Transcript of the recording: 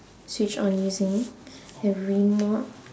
switch on using a remote